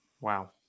wow